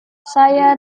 saya